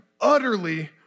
utterly